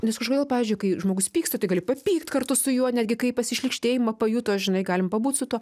nes kažkodėl pavyzdžiui kai žmogus pyksta tai gali papykt kartu su juo netgi kai pasišlykštėjimą pajuto žinai galim pabūt su tuo